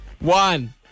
one